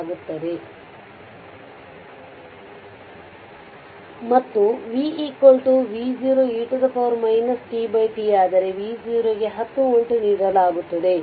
ಮತ್ತು v v0 e tT ಆದರೆ v0ಗೆ 10 ವೋಲ್ಟ್ ನೀಡಲಾಗುತ್ತದೆ